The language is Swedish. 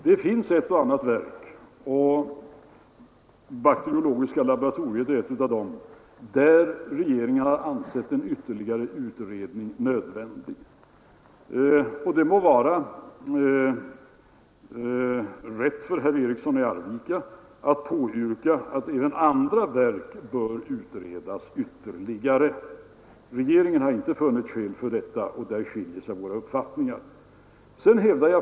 Det finns ett och annat verk — bakteriologiska laboratoriet är ett — där regeringen har ansett en ytterligare utredning nödvändig. Herr Eriksson i Arvika må ha rättighet att yrka på att även andra verks utlokalisering bör utredas ytterligare. Regeringen har inte funnit skäl till det, och där skiljer sig alltså våra uppfattningar.